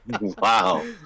Wow